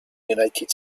united